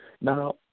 Now